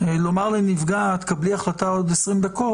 לומר לנפגעת לקבל החלטה תוך 20 דקות,